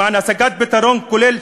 למען השגת פתרון כולל,